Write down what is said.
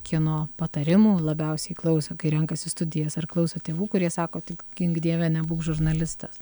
kieno patarimų labiausiai klauso kai renkasi studijas ar klauso tėvų kurie sako tik gink dieve nebūk žurnalistas